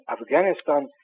Afghanistan